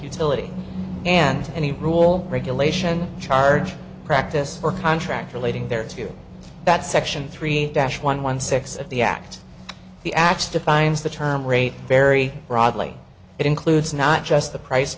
utility and any rule regulation charge practice or contract relating there to that section three dash one one six of the act the acts defines the term rate very broadly it includes not just the price